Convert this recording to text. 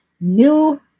new